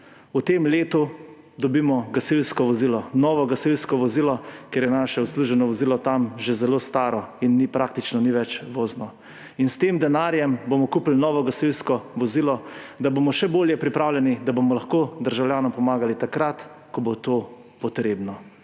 V tem letu dobimo gasilsko vozilo, novo gasilsko vozilo, ker je naše odsluženo vozilo tam že zelo staro in praktično ni več vozno. S tem denarjem bomo kupili novo gasilsko vozilo, da bomo še bolje pripravljeni, da bomo lahko državljanom pomagali takrat, ko bo to potrebno.